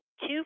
two